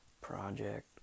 project